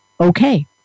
okay